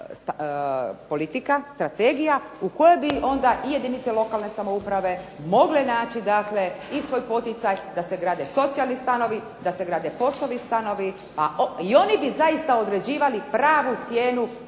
politika, strategija u kojoj bi onda i jedinice lokalne samouprave mogle naći i svoj poticaj da se grade socijalni stanovi, da se grade POS-ovi stanovi i oni bi zaista određivali pravu cijenu